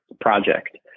project